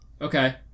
Okay